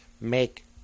Make